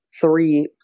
three